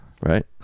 right